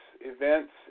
events